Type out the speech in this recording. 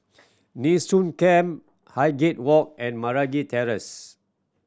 Nee Soon Camp Highgate Walk and Meragi Terrace